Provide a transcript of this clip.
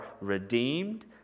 redeemed